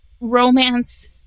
romance